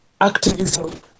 activism